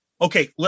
Okay